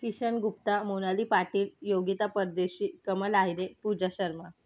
Ishan Gupta Monali Patil Yogita Pardeshi Kamal Ahire Pooja Sharma